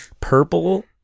purple